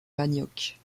manioc